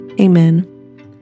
Amen